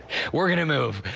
we're going to move.